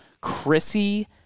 Chrissy